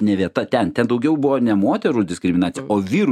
ne vieta ten daugiau buvo ne moterų diskriminacija o vyrų